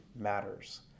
matters